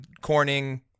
corning